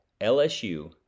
LSU